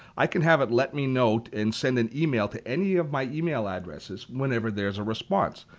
i can have it let me note and send an email to any of my email addresses whenever there's a response.